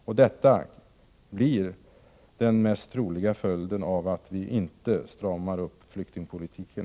En ökad tillströmning blir den troligaste följden, om vi inte stramar upp flyktingpolitiken.